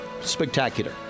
spectacular